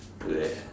meh